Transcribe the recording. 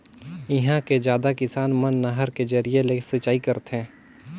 इहां के जादा किसान मन नहर के जरिए ले सिंचई करथे